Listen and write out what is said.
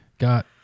got